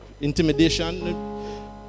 intimidation